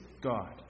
God